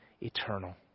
eternal